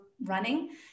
running